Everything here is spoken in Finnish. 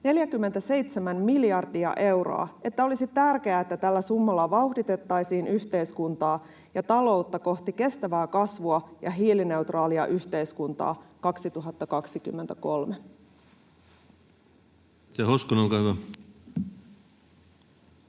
47 miljardia euroa, että olisi tärkeää, että tällä summalla vauhditettaisiin yhteiskuntaa ja taloutta kohti kestävää kasvua ja hiilineutraalia yhteiskuntaa 2023. Edustaja Hoskonen, olkaa hyvä.